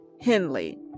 Henley